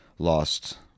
lost